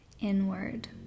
inward